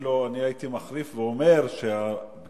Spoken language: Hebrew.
אפילו אני הייתי מחריף ואומר שהפגיעה,